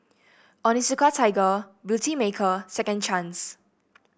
Onitsuka Tiger Beautymaker Second Chance